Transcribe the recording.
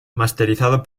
masterizado